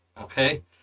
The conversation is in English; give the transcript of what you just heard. Okay